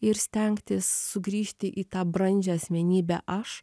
ir stengtis sugrįžti į tą brandžią asmenybę aš